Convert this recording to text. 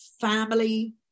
Family